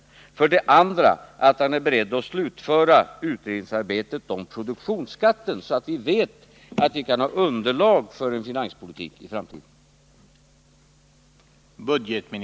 Betyder det för det andra att herr Mundebo är beredd att slutföra utredningsarbetet om produktionsskatten, så att vi vet att vi kan ha underlag för en finanspolitik i framtiden?